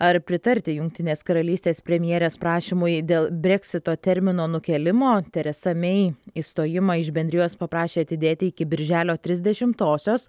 ar pritarti jungtinės karalystės premjerės prašymui dėl breksito termino nukėlimo teresa mei išstojimą iš bendrijos paprašė atidėti iki birželio trisdešimtosios